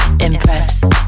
Impress